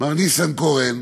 מר ניסנקורן,